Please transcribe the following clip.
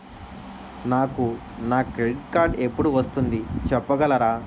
నాకు నా credit card ఎపుడు వస్తుంది చెప్పగలరా?